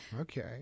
okay